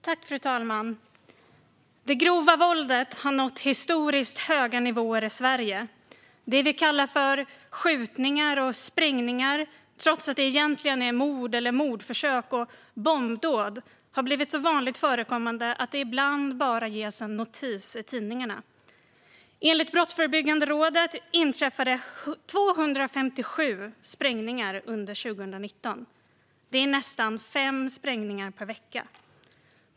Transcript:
Riksrevisionens rapport om styrningen av rättskedjan Fru talman! Det grova våldet har nått historiskt höga nivåer i Sverige. Det vi kallar för "skjutningar" och "sprängningar", trots att det egentligen är mord eller mordförsök och bombdåd, har blivit så vanligt förekommande att det ibland bara ges en notis i tidningarna. Enligt Brottsförebyggande rådet inträffade 257 sprängningar under 2019. Det är nästan 5 sprängningar per vecka.